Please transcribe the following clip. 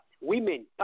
women